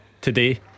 today